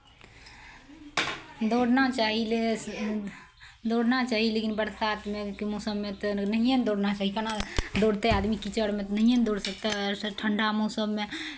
दौड़ना चाही ले दौड़ना चाही लेकिन बरसातमे के मौसममे तऽ नहिए ने दौड़ना चाही केना दौड़तै आदमी कीचड़मे नहिए ने दौड़ सकतै आओर ठण्ढा मौसममे